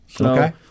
Okay